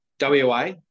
WA